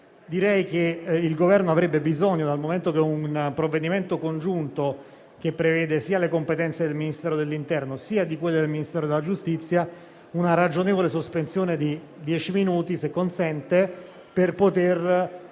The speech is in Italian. direi che il Governo avrebbe bisogno, dal momento che si tratta di un provvedimento congiunto che prevede sia le competenze del Ministero dell'interno che del Ministero della giustizia, una ragionevole sospensione di dieci minuti per poter